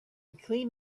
clean